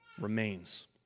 remains